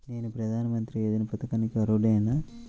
నేను ప్రధాని మంత్రి యోజన పథకానికి అర్హుడ నేన?